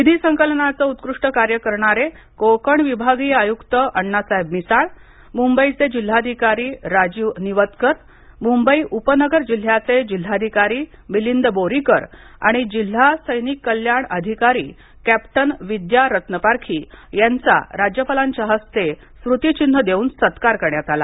निधी संकलनाचं उत्कृष्ट कार्य करणारे कोकण विभागीय आयुक्त अण्णासाहेब मिसाळ मृंबईचे जिल्हाधिकारी राजीव निवतकर मुंबई उपनगर जिल्ह्याचे जिल्हाधिकारी मिलिंद बोरीकर आणि जिल्हा सैनिक कल्याण अधिकारी कॅप्टन विद्या रत्नपारखी यांचा राज्यपालांच्या हस्ते स्मृतीचिन्ह देऊन सत्कार करण्यात आला